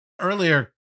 Earlier